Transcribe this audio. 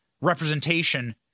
Representation